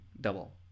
double